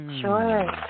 Sure